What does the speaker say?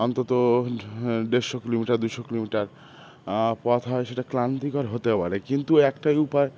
অন্তত দেড়শো কিলোমিটার দুশো কিলোমিটার পথ হয় সেটা ক্লান্তিকর হতে পারে কিন্তু একটাই উপার